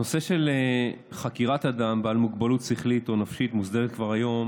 הנושא של חקירת אדם בעל מוגבלות שכלית או נפשית מוסדר כבר היום